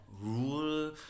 rule